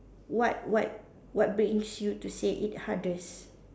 what what what brings you to say it hardest